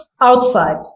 outside